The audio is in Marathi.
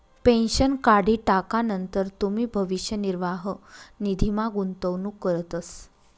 पेन्शन काढी टाकानंतर तुमी भविष्य निर्वाह निधीमा गुंतवणूक करतस